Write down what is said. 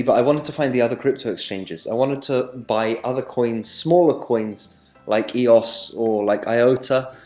but i wanted to find the other crypto exchanges i wanted to buy other coins smaller coins like eos, or like iota,